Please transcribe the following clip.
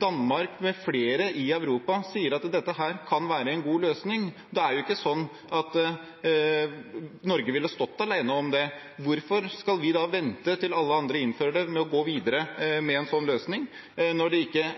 Danmark – med flere – i Europa sier at dette kan være en god løsning. Det er jo ikke sånn at Norge ville ha stått alene om det. Hvorfor skal vi da vente med å gå videre med en sånn løsning til alle andre innfører det, når det faktisk ikke